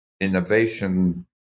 innovation